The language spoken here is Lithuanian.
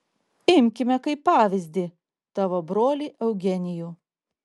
imkime kaip pavyzdį tavo brolį eugenijų